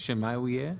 שמה הוא יהיה?